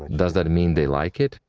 does that mean they like it?